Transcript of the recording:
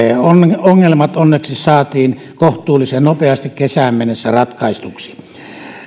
ongelmat saatiin onneksi kohtuullisen nopeasti kesään mennessä ratkaistuksi